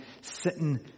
sitting